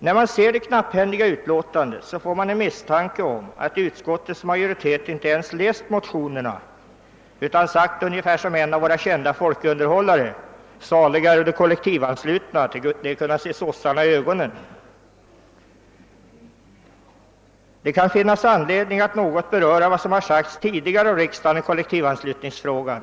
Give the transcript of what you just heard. När man ser det knapphändiga «<utskottsutlåtandet får man en misstanke om att utskottets majoritet inte ens läst motionerna utan med en av våra kända folkunderhållare sagt: »Saliga äro de kollektivanslutna, ty de kunna se sossarna i ögonen.» Det kan finnas anledning att något beröra vad som har sagts tidigare av riksdagen i kollektivanslutningsfrågan.